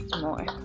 more